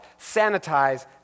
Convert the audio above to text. sanitize